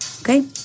Okay